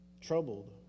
troubled